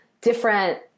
different